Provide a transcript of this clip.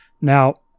Now